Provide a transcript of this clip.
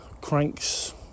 cranks